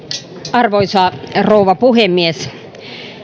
arvoisa rouva puhemies